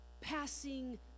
passing